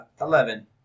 Eleven